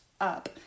up